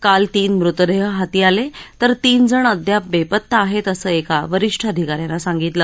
काल तीन मृतदेह हाती लागले तर तीनजण अद्याप बेपत्ता आहेत असं एका वरीष्ठ अधिका यानं सांगितलं